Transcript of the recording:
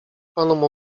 panom